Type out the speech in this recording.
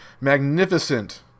magnificent